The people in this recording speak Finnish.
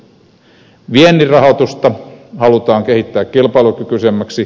viennin rahoitusta halutaan kehittää kilpailukykyisemmäksi